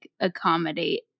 accommodate